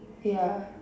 ya